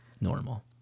normal